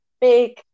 big